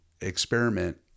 experiment